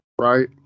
right